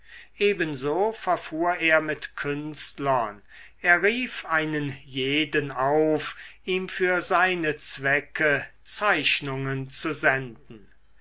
ebenso verfuhr er mit künstlern er rief einen jeden auf ihm für seine zwecke zeichnungen zu senden